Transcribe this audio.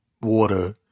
water